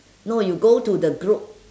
no you go to the group